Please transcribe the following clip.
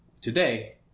Today